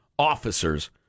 Officers